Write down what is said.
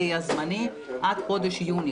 וזה יהיה זמני עד חודש יוני.